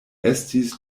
estis